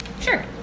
sure